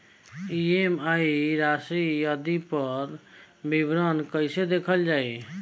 EMI राशि आदि पर विवरण कैसे देखल जाइ?